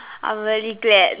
I'm really glad